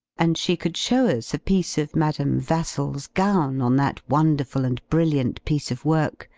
and she could show us a piece of madam vassall's gown on that wonderful and brilliant piece of work,